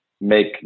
make